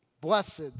Blessed